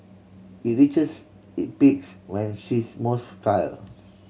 it reaches it peaks when she is most fertile